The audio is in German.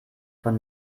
von